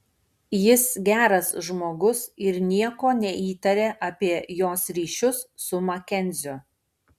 jis geras žmogus ir nieko neįtaria apie jos ryšius su makenziu